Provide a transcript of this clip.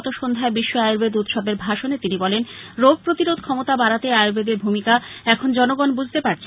গত সন্ধ্যায় বিশ্ব আয়ুর্বেদ উৎসবের ভাষণে তিনি বলেন রোগ প্রতিরোধ ক্ষমতা বাড়াতে আয়ুর্বেদের ভূমিকা এখন জনগণ বুঝতে পারছে